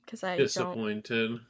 Disappointed